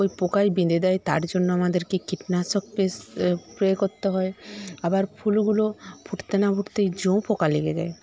পোকায় বেঁধে দেয় তার জন্য আমাদের কীটনাশক স্প্রে করতে হয় আবার ফুলগুলো ফুটতে না ফুটতেই যো পোকা লেগে যায়